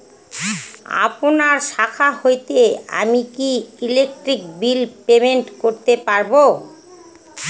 আপনার শাখা হইতে আমি কি ইলেকট্রিক বিল পেমেন্ট করতে পারব?